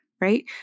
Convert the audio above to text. Right